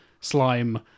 slime